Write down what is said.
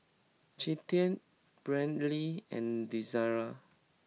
Cinthia Brynlee and Desirae